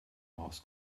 maus